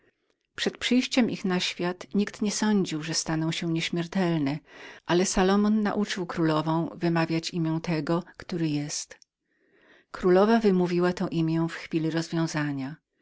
po przyjściu ich na świat nikt nie sądził aby kiedy mogły stać się nieśmiertelnemi ale salomon nauczył królowę wymawiać imię tego który jest królowa wymawiała to imię w chwili